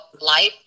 life